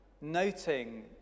noting